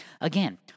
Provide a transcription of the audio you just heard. Again